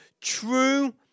true